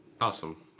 Awesome